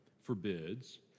forbids